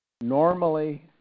normally